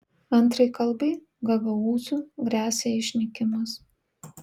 antrai kalbai gagaūzų gresia išnykimas